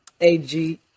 A-G-